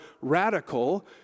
radical